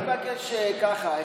אני מבקש ככה,